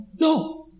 No